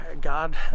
God